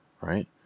right